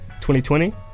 2020